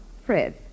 Fred